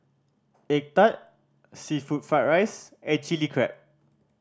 egg tart seafood fried rice and Chilli Crab